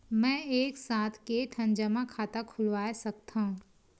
मैं एक साथ के ठन जमा खाता खुलवाय सकथव?